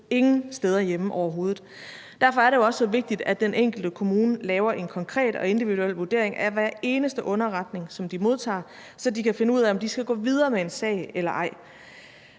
ingen steder hjemme, overhovedet. Derfor er det jo også så vigtigt, at den enkelte kommune laver en konkret og individuel vurdering af hver eneste underretning, som de modtager, så de kan finde ud af, om de skal gå videre med en sag eller ej.